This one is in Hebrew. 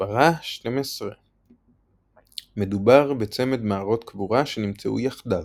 - מספרה 12. מדובר בצמד מערות קבורה שנמצאו יחדיו.